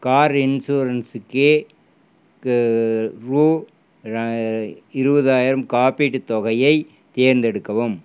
car இன்சூரன்ஸுக்கு ரூ இருபதாயிரம் காப்பீட்டுத் தொகையை தேர்ந்தெடுக்கவும்